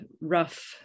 rough